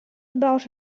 about